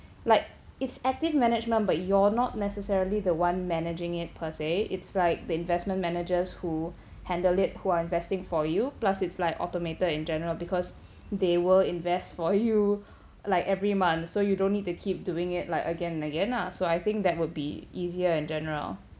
like it's active management but you're not necessarily the one managing it per se it's like the investment managers who handle it who are investing for you plus it's like automated in general because they will invest for you like every month so you don't need to keep doing it like again and again lah so I think that would be easier in general